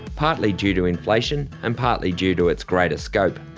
partly due to inflation, and partly due to its greater scope.